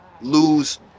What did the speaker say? lose